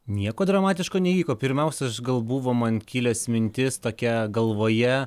nieko dramatiško neįvyko pirmiausias gal buvo man kilęs mintis tokia galvoje